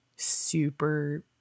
super